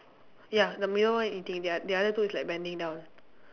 ya the middle one eating the the other two is like bending down